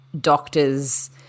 doctors –